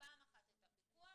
פעם אחת את הפיקוח,